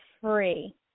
free